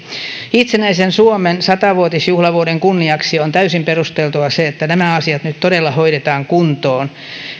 itsenäisen suomen sata vuotisjuhlavuoden kunniaksi on täysin perusteltua se että nämä asiat nyt todella hoidetaan kuntoon